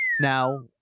Now